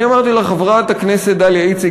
אני אמרתי לה: חברת הכנסת דליה איציק,